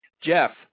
Jeff